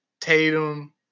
Tatum